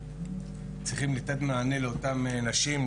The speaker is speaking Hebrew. צריכים לתת מענה לאותן נשים,